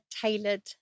tailored